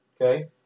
Okay